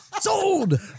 Sold